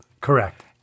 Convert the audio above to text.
Correct